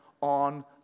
on